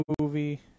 movie